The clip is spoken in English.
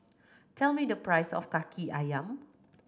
tell me the price of Kaki Ayam